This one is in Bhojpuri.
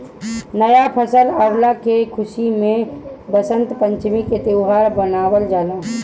नया फसल अवला के खुशी में वसंत पंचमी के त्यौहार मनावल जाला